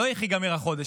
לא איך ייגמר החודש,